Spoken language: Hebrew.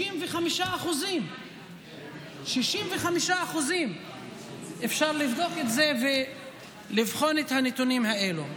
65%. 65%. אפשר לבדוק את זה ולבחון את הנתונים האלו.